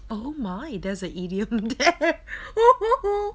oh my there's a idiom there